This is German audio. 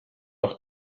auch